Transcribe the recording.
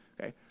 okay